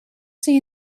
see